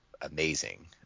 amazing